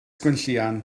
gwenllian